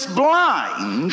blind